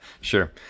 Sure